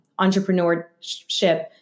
entrepreneurship